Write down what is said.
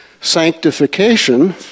sanctification